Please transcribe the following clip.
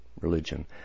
religion